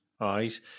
right